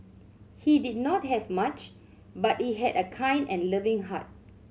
he did not have much but he had a kind and loving heart